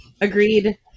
agreed